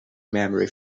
memory